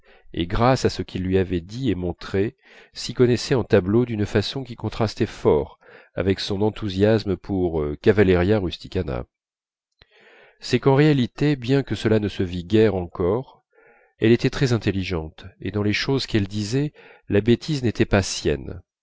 et grâce à ce qu'il lui avait dit et montré s'y connaissait en tableaux d'une façon qui contrastait fort avec son enthousiasme pour cavalleria rusticana c'est qu'en réalité bien que cela ne se vît guère encore elle était très intelligente et dans les choses qu'elle disait la bêtise n'était pas sienne